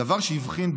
הדבר שהבחין,